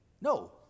No